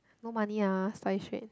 no money ah study straight